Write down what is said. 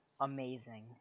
amazing